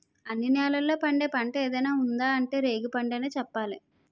అన్ని నేలల్లో పండే పంట ఏదైనా ఉందా అంటే రేగిపండనే చెప్పాలి